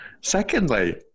secondly